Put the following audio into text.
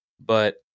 But-